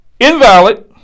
invalid